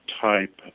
type